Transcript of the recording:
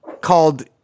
called